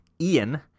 Ian